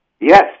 Yes